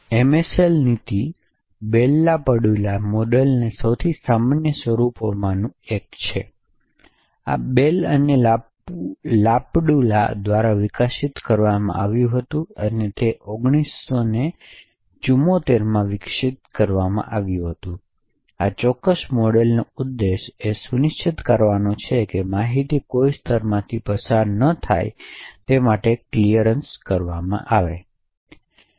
તેથી MLS નીતિ Bell LaPadula મોડેલના સૌથી સામાન્ય સ્વરૂપોમાંથી એક છે તેથી આ બેલ અને લાપડુલા દ્વારા વિકસાવવામાં આવ્યું હતું અને આ 1974 માં વિકસાવવામાં આવ્યું હતું આ ચોક્કસ મોડેલનો ઉદ્દેશ એ સુનિશ્ચિત કરવાનું છે કે માહિતી કોઈ સ્તરમાંથી પસાર ન થાય તે માટે ક્લિયર કરવામાં આવે છે